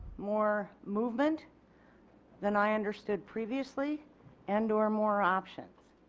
more movement than i understood previously and or more options.